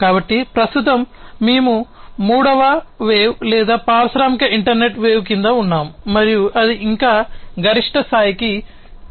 కాబట్టి ప్రస్తుతం మేము మూడవ వేవ్ లేదా పారిశ్రామిక ఇంటర్నెట్ వేవ్ కింద ఉన్నాము మరియు అది ఇంకా గరిష్ట స్థాయికి చేరుకోలేదు